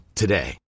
today